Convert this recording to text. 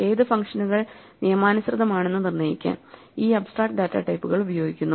ഏത് ഫംഗ്ഷനുകൾ നിയമാനുസൃതമാണെന്ന് നിർണ്ണയിക്കാൻ ഈ അബ്സ്ട്രാക്ട് ഡാറ്റ ടൈപ്പുകൾ ഉപയോഗിക്കുന്നു